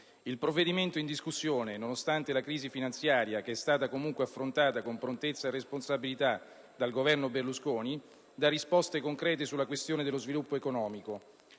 il provvedimento in discussione, nonostante la crisi finanziaria che è stata comunque affrontata con prontezza e responsabilità dal Governo Berlusconi, offre risposte concrete sulla questione dello sviluppo economico.